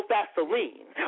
Vaseline